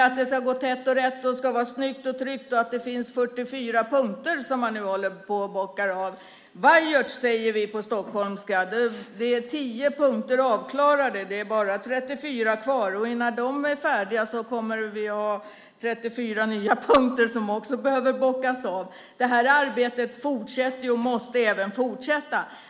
Att det ska gå tätt och rätt och vara snyggt och tryggt och att det finns 44 punkter som man nu håller på och bockar av - vajert, säger vi på stockholmska. Det är tio punkter avklarade. Det är bara 34 kvar, och innan de är färdiga kommer vi att ha 34 nya punkter som också behöver bockas av. Det här arbetet fortsätter ju och måste fortsätta.